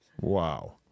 Wow